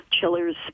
chillers